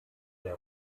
der